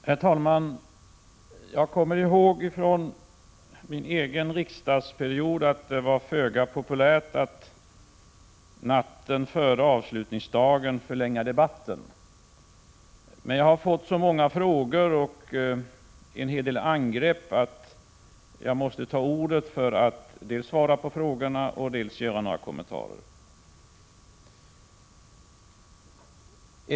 Herr talman! Från min egen riksdagsmannaperiod kommer jag ihåg att det var föga populärt att natten före avslutningsdagen förlänga debatten, men eftersom jag har fått många frågor och blivit utsatt för en hel del angrepp, måste jag begära ordet för att dels svara på frågorna, dels göra några kommentarer.